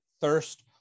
thirst